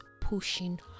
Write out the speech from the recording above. pushing